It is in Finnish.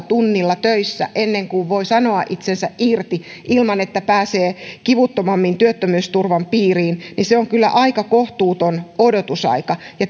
tunnilla töissä ennen kuin voi sanoa itsensä irti ilman että pääsee kivuttomammin työttömyysturvan piiriin niin se on kyllä aika kohtuuton odotusaika